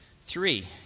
Three